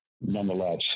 Nonetheless